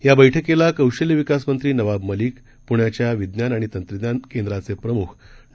याबैठकीलाकौशल्यविकासमंत्रीनवाबमलिक पुण्याच्याविज्ञानआणितंत्रज्ञानकेंद्राचेप्रमुखडॉ